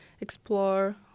explore